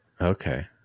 Okay